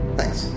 Thanks